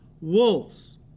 wolves